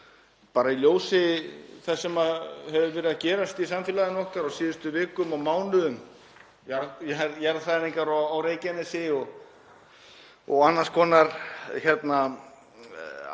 bara í ljósi þess sem hefur verið að gerast í samfélagi okkar á síðustu vikum og mánuðum, jarðhræringar á Reykjanesi og annars konar áskoranir